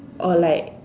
or like